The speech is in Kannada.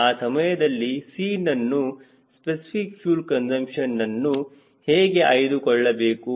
ಆ ಸಮಯದಲ್ಲಿ Cನನ್ನು ಸ್ಪೆಸಿಫಿಕ್ ಫ್ಯೂಲ್ ಕನ್ಸುಂಪ್ಷನ್ನನ್ನು ಹೇಗೆ ಆಯ್ದುಕೊಳ್ಳಬೇಕು